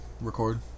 Record